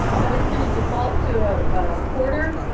so it's going to default to ah a quarter,